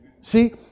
see